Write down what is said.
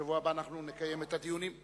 בשבוע הבא נקיים את דיוני התקציב.